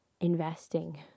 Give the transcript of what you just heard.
investing